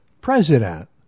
president